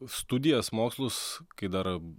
studijas mokslus kai dar